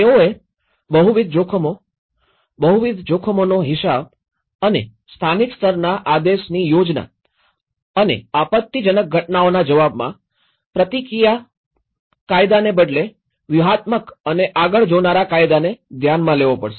તેઓએ બહુવિધ જોખમો બહુવિધ જોખમોનો હિસાબ અને સ્થાનિક સ્તરના આદેશની યોજના અને આપત્તિજનક ઘટનાઓના જવાબમાં પ્રતિક્રિયાત્મક કાયદાને બદલે વ્યૂહાત્મક અને આગળ જોનારા કાયદાને ધ્યાનમાં લેવો પડશે